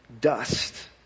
dust